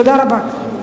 תודה רבה.